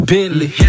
Bentley